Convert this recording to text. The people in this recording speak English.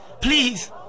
Please